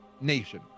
nation